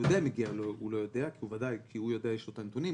יודע אם מגיע לו או לא כי יש לו את הנתונים,